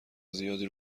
زیادی